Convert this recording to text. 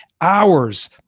hours